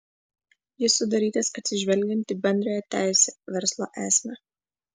jis sudarytas atsižvelgiant į bendrąją teisę verslo esmę